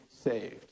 saved